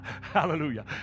hallelujah